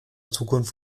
zukunft